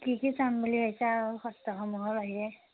কি কি চাম বুলি ভাবিছে আৰু সত্ৰসমূহৰ বাহিৰে